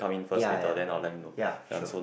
ya ya ya sure